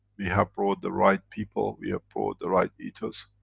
we have brought the right people, we are brought the right ethos,